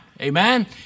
Amen